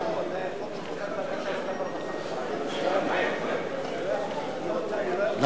התשע"א 2010,